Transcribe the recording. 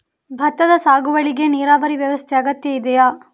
ಭತ್ತದ ಸಾಗುವಳಿಗೆ ನೀರಾವರಿ ವ್ಯವಸ್ಥೆ ಅಗತ್ಯ ಇದೆಯಾ?